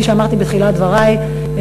כפי שאמרתי בתחילת דברי,